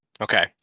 Okay